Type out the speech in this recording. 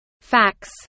Facts